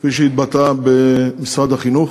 כפי שהתבטאה במשרד החינוך,